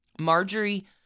Marjorie